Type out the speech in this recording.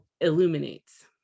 illuminates